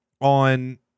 on